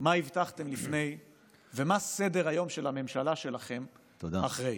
מה הבטחתם לפני ומה סדר-היום של הממשלה שלכם אחרי.